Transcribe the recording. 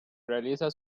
realiza